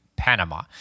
Panama